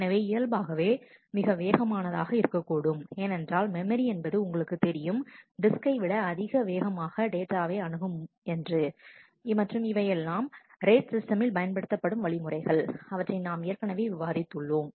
எனவே இயல்பாகவே மிகமேகமானது ஆக இருக்கக் கூடும் ஏனென்றால் மெமரி என்பது உங்களுக்கு தெரியும் டிஸ்கை விட மிக அதிவேகமாக டேட்டாவை அணுகும் என்று மற்றும் இவையெல்லாம் ரேட் சிஸ்டமில் பயன்பயன்படுத்தப்படும் வழிமுறைகள் அவற்றை நாம் ஏற்கனவே விவாதித்து உள்ளோம்